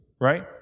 right